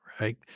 right